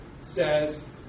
says